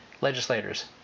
legislators